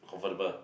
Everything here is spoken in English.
convertible